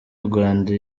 rwanda